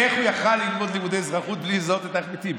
איך הוא יכול ללמוד לימודי אזרחות בלי לזהות את אחמד טיבי?